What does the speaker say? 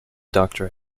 doctor